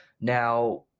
Now